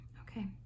Okay